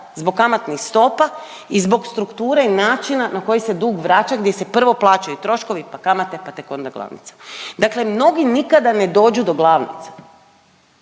zbog kamatnih stopa i zbog strukture i načina na koji se dug vraća, gdje se prvo plaćaju troškovi, pa kamate, pa tek onda glavnica. Dakle mnogi nikada ne dođu do glavnice